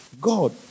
God